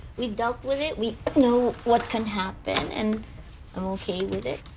we dealt with it, we know what can happen. and i'm okay with it.